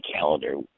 calendar